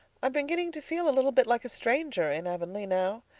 i'm beginning to feel a little bit like a stranger in avonlea now?